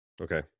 okay